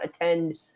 attend